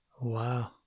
Wow